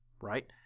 right